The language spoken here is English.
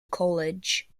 college